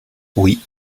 oui